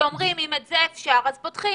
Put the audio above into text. אם אפשר אז פותחים,